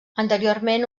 anteriorment